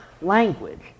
language